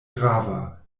grava